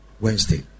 Wednesday